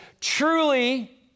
Truly